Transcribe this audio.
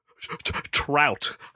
trout